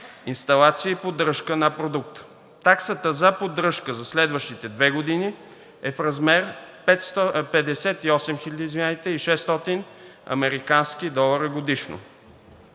инсталация и поддръжка на продукта. Таксата за поддръжка за следващите две години е в размер 58 600 американски долара годишно.